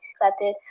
accepted